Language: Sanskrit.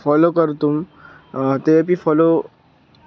फ़ालो कर्तुं ते अपि फ़ालो